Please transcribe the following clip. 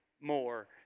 More